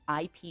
IP